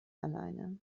alleine